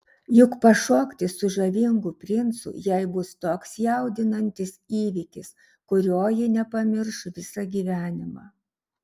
juk pašokti su žavingu princu jai bus toks jaudinantis įvykis kurio ji nepamirš visą gyvenimą